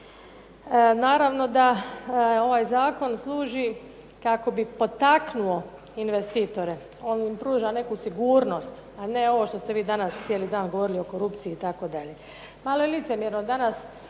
Naravno da ovaj zakon služi kako bi potaknuo investitore. On pruža neku sigurnost, a ne ovo što ste vi danas cijeli dan govorili o korupciji itd. Malo je licemjerno danas